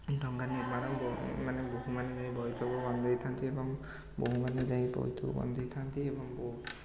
ଡଙ୍ଗା ନିର୍ମାଣ ମାନେ ବୋହୁମାନେ ଯାଇ ବୋଇତକୁ ବନ୍ଧେଇ ଥାଆନ୍ତି ଏବଂ ବୋହୁମାନେ ଯାଇ ବୋଇତ ବନ୍ଧେଇ ଥାଆନ୍ତି ଏବଂ